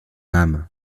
âme